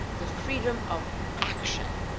the freedom of action,